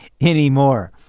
anymore